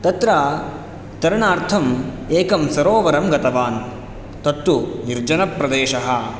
तत्र तरणार्थम् एकं सरोवरं गतवान् तत्तु निर्जनप्रदेशः